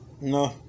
no